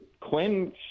Quinn